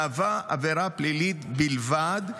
מהווה עבירה פלילית בלבד,